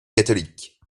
catholiques